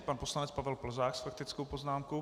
Pan poslanec Pavel Plzák s faktickou poznámkou.